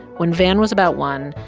when van was about one,